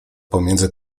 pomiędzy